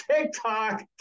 TikTok